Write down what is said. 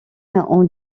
ont